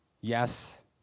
yes